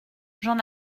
j’en